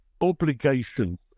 obligation